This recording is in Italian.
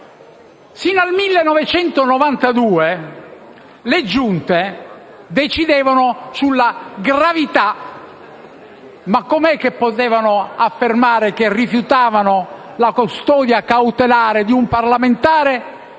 Sino al 1992 le Giunte decidevano sulla gravità, ma come potevano affermare che rifiutavano la custodia cautelare di un parlamentare,